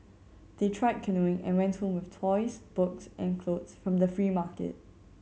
they tried canoeing and went with toys books and clothes from the free market